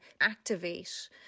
activate